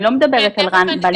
אני לא מדברת על מה --- כן,